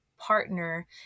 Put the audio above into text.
partner